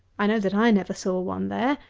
i know that i never saw one there,